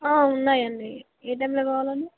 ఉన్నాయండి ఏ టైమ్లో కావలని